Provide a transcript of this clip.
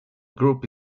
group